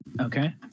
Okay